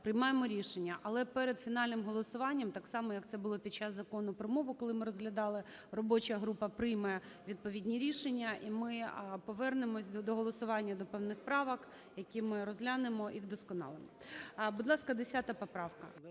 приймаємо рішення. Але перед фінальним голосуванням, так само як це було під час Закону про мову, коли ми розглядали, робоча група прийме відповідні рішення, і ми повернемося до голосування, до певних правок, які ми розглянемо і вдосконалимо. Будь ласка, 10 поправка.